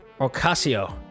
ocasio